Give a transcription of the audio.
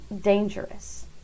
dangerous